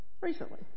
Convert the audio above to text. recently